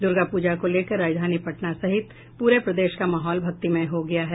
दुर्गा पूजा को लेकर राजधानी पटना सहित पूरे प्रदेश का माहौल भक्तिमय हो गया है